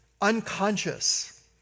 unconscious